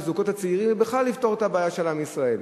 הזוגות הצעירים ובכלל לפתור את הבעיה של עם ישראל.